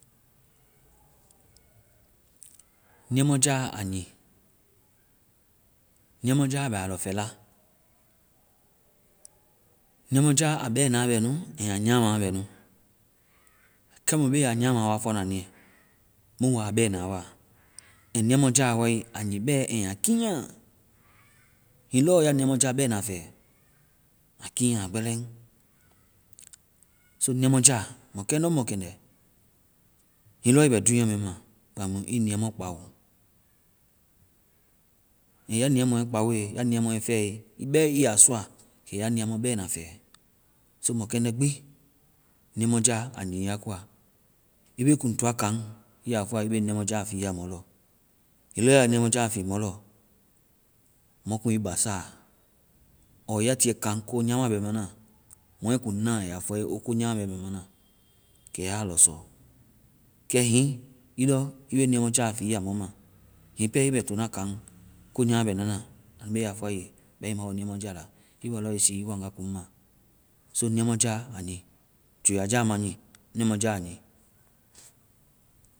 Ndiamɔjaa, a nyii. Ndiamɔjaa a bɛ a ɔ fɛla. Ndiamɔjaa a bɛna bɛ nu and a nyama bɛ nu. Kɛ mu be a nyama wa fɔna nyiiɛ. Mu wa a bɛna wa. And ndiamɔja wae, a nyii bɛ and a kiinya. Hiŋi lɔ ya ndiamɔja bɛna fɛ, a kiinya gbɛlɛŋ. So ndiamɔjaa, mɔkɛndɛomɔkɛndɛ, hiŋi lɔ ii bɛ dunya mɛ ma, kpaŋ mu ii ndiamɔ kpao. And ya ndiamɔɛ kpaoe, ya ndiamɔɛ fɛe, ii bɛ ii ya sɔa kɛya ndiamɔ bɛna fɛ. So mɔkɛndɛ gbi, ndiamɔja, a nyii ya koa. Ii be kuŋ toa kaŋ ii ya fɔa ii be ndiamɔja fiiya mɔlɔ. Hiŋi lɔ ya ndiamɔja fii mɔlɔ, mɔ kuŋ ii basa. ɔɔ ya tie kaŋ ko nyama bɛ mana, mɔɛ kuŋ na a ya fɔ ii ye o, ko nyama mɛ bɛ mana. Kɛ ya lɔ sɔ. Kɛ hiŋi ii lɔ ii be ndiamɔja fiiya mɔ ma, hiŋi pɛ ii bɛ to na kaŋ ko nyama bɛ mana, anu be a fɔa ii ye. bɛma ii ma wo ndiamɔja la. Ii wa lɔ ii sii ii waŋga kuŋma. So ndiamɔja, a nyii. Joyaja ma nyii. Ndiamɔja nyii.